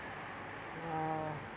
uh